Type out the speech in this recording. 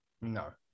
No